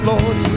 Lord